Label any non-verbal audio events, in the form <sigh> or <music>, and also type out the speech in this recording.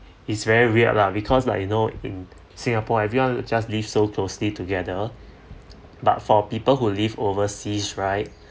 it's very weird lah because like you know in singapore everyone just live so closely together but for people who live overseas right <breath>